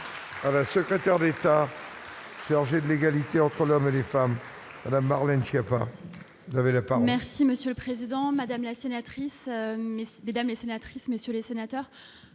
à la secrétaire d'État, Serge et de l'égalité entre l'homme et les femmes Madame Marlène Schiappa avait lapin. Merci Monsieur le Président, Madame la sénatrice, mesdames et sénatrice, messieurs les sénateurs,